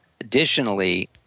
additionally